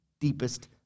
deepest